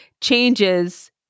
changes